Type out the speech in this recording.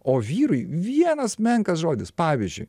o vyrui vienas menkas žodis pavyzdžiui